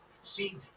See